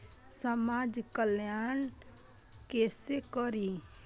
समाज कल्याण केसे करी?